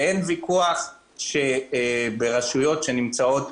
אין ויכוח שברשויות שנמצאות